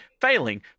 Failing